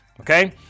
Okay